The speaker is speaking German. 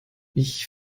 ich